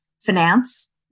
finance